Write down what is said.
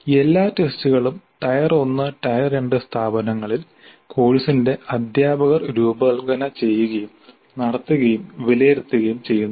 എല്ലാ ടെസ്റ്റുകളും tier 1 tier 2 സ്ഥാപനങ്ങളിൽ കോഴ്സിന്റെ അധ്യാപകർ രൂപകൽപ്പന ചെയ്യുകയും നടത്തുകയും വിലയിരുത്തുകയും ചെയ്യുന്നു